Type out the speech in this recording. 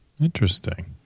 Interesting